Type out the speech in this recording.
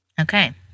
Okay